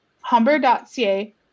humber.ca